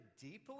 deeply